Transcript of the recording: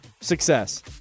Success